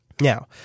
Now